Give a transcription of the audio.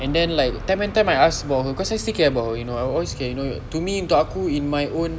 and then like time and time I ask about her because I still care about her you know I always care you know to me untuk aku in my own